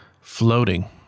floating